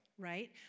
right